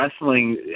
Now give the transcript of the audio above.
wrestling